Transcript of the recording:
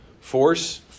force